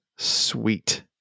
Sweet